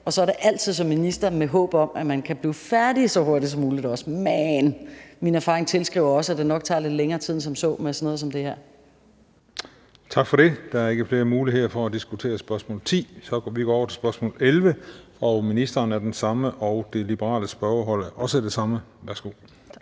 og så er det altid som minister med håb om, at man også kan blive færdige så hurtigt som muligt, men min erfaring siger mig, at det nok tager lidt længere tid end som så med sådan noget som det her. Kl. 14:03 Den fg. formand (Christian Juhl): Tak for det. Der er ikke flere muligheder for at diskutere spørgsmål 10. Så vi går over til spørgsmål 11. Ministeren er den samme, og det liberale spørgerhold er også det samme. Kl.